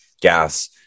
gas